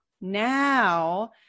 now